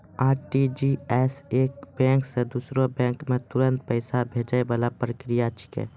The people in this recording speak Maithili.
आर.टी.जी.एस एक बैंक से दूसरो बैंक मे तुरंत पैसा भैजै वाला प्रक्रिया छिकै